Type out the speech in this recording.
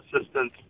assistance